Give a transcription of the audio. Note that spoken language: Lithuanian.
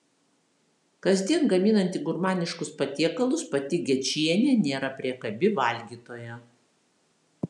kasdien gaminanti gurmaniškus patiekalus pati gečienė nėra priekabi valgytoja